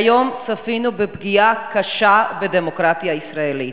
שהיום צפינו בפגיעה קשה בדמוקרטיה הישראלית.